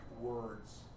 Words